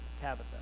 Tabitha